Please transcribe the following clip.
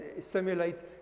simulates